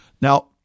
Now